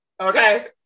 okay